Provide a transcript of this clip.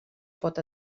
pot